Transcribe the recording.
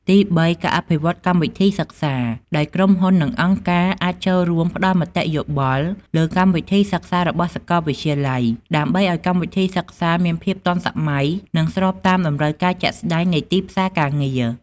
ទីបីការអភិវឌ្ឍកម្មវិធីសិក្សា ដោយក្រុមហ៊ុន និងអង្គការអាចចូលរួមផ្តល់មតិយោបល់លើកម្មវិធីសិក្សារបស់សាកលវិទ្យាល័យ ដើម្បីឱ្យកម្មវិធីសិក្សាមានភាពទាន់សម័យ និងស្របតាមតម្រូវការជាក់ស្តែងនៃទីផ្សារការងារ។